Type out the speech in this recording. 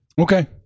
okay